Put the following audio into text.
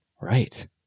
Right